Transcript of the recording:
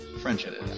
friendship